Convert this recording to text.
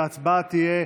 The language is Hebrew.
נגד,